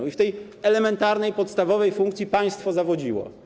I w tej elementarnej, podstawowej funkcji państwo zawodziło.